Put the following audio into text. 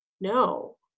No